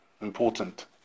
Important